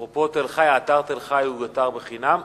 אפרופו, תל-חי הוא אתר בחינם,